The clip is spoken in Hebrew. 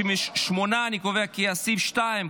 38. אני קובע כי סעיף 2,